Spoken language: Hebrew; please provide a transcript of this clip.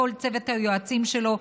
לכל צוות היועצים שלו,